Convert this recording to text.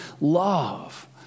love